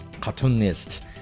cartoonist